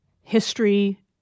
history